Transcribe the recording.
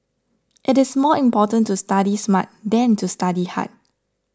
it is more important to study smart than to study hard